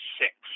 six